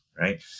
Right